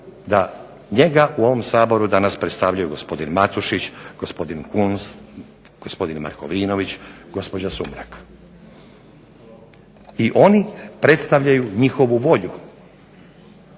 da njega u ovom Saboru danas predstavljaju gospodin Matušić, gospodin Kunst, gospodin Markovinović, gospođa Sumrak, i oni predstavljaju njihovu volju.